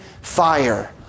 fire